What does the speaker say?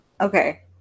Okay